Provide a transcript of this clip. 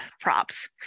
props